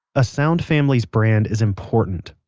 a sound family's brand is important,